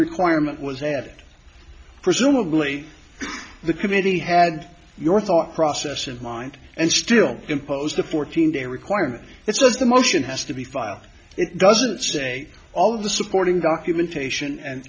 requirement was added presumably the committee had your thought process of mind and still imposed the fourteen day requirement it's just the motion has to be filed it doesn't say all of the supporting documentation and